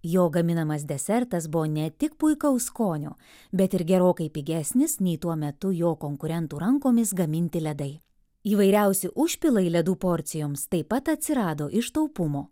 jo gaminamas desertas buvo ne tik puikaus skonio bet ir gerokai pigesnis nei tuo metu jo konkurentų rankomis gaminti ledai įvairiausi užpilai ledų porcijoms taip pat atsirado iš taupumo